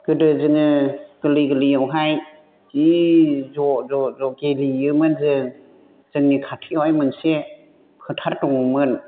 गोदो जोङो गोरलै गोरलैयावहाय जि ज' ज' ज' गेलेयोमोन जों जोंनि खाथियावहाय मोनसे फोथार दङमोन